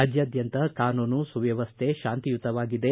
ರಾಜ್ಯಾದ್ದಂತ ಕಾನೂನು ಸುವ್ಕವಸ್ವೆ ಶಾಂತಿಯುತವಾಗಿದೆ